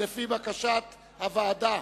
לפי בקשת הוועדה.